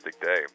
day